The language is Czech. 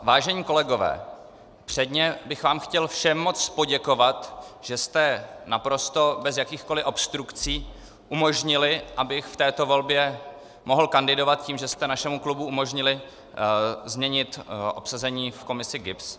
Vážení kolegové, předně bych vám chtěl všem moc poděkovat, že jste naprosto bez jakýchkoli obstrukcí umožnili, abych v této volbě mohl kandidovat, tím, že jste našemu klubu umožnili změnit obsazení v komisi GIBS.